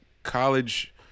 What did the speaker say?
College